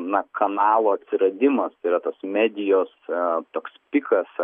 na kanalo atsiradimas yra tos medijos a toks pikas